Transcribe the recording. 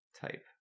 type